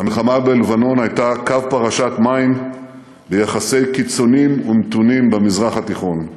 המלחמה בלבנון הייתה קו פרשת מים ביחסי קיצוניים ומתונים במזרח התיכון.